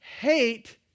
hate